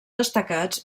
destacats